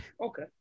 Okay